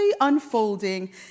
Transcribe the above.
unfolding